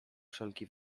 wszelki